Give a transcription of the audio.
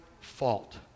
fault